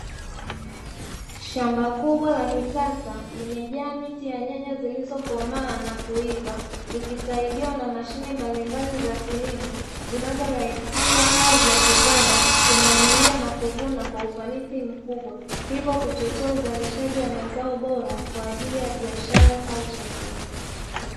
Shamba kubwa la kisasa limejaa miti ya nyanya zilizokomaa na kuiiva, likisaidiwa na mashine mbalimbali za kilimo. Zinazozarahisisha kazi ya kupanda, kumwagilia na kuvuna kwa ufanisi mkubwa. Ivyo kuchochea uzalishaji wa mazao bora kwaajili ya biashara au chakula.